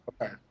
Okay